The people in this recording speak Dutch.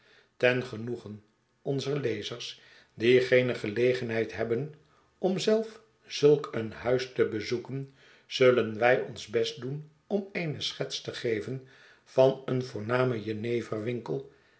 ten genoegen onzer lezers die geene gelegenheid hebben om zelve zulk een huis te bezoeken zullen wij ons best doen om eene schets te geven van een voornamen jeneverwinkel